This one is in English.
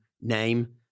name